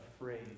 afraid